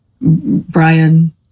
Brian